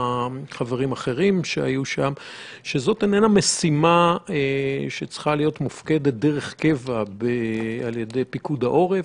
היא שזאת איננה משימה שצריכה להיות מופקדת דרך קבע בידי פיקוד העורף,